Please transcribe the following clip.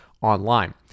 online